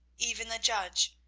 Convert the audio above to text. even the judge,